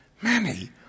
Manny